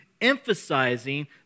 emphasizing